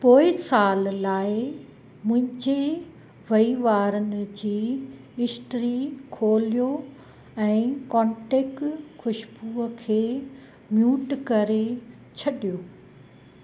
पोएं साल लाइ मुंहिंजे वहिंवारनि जी हिस्ट्री खोलियो ऐं कॉन्टेक ख़ुशबूअ खे म्यूट करे छॾियो